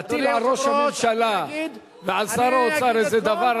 להטיל על ראש הממשלה ועל שר האוצר איזה דבר,